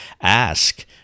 Ask